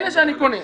אלה שאני קונס.